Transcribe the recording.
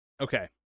Okay